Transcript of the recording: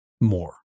more